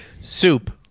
soup